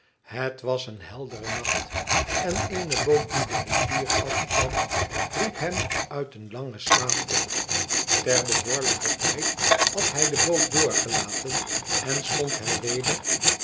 het was een heldere nacht en eene boot die de rivier afkwam riep hem uit een langen slaap op ter behoorlijke tijd had hij de boot doorgelaten en stond hij weder